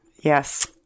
Yes